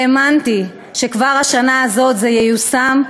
והאמנתי שכבר השנה הזאת זה ייושם.